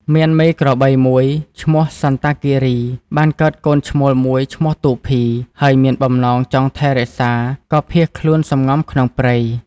មានមេក្របីមួយឈ្មោះ សន្តគិរី បានកើតកូនឈ្មោលមួយឈ្មោះ ទូភី ហើយមានបំណងចង់ថែរក្សាក៏ភៀសខ្លួនសំងំក្នុងព្រៃ។